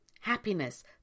happiness